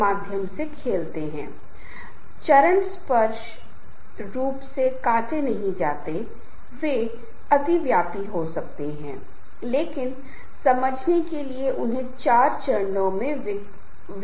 और प्रत्येक प्रकार के निर्माण संबंध के लिए जैसा कि मैंने पहले ही अपने व्याख्यान में संचार की भूमिका का उल्लेख किया है संचार व्यवहार और शैली बहुत महत्वपूर्ण है